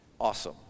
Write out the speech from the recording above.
Awesome